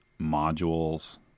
modules